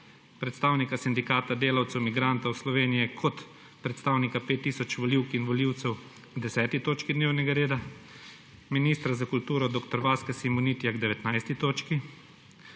predstavnika Sindikata delavcev migrantov Slovenije kot predstavnika 5 tisoč volivk in volivcev k 10. točki dnevnega reda, Ministra za kulturo dr. Vaska Simonitija k 19. točki,